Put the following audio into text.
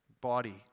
body